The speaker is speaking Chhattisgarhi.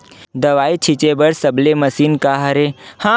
दवाई छिंचे बर सबले मशीन का हरे?